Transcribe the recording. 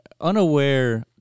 unaware